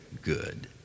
good